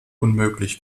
unmöglich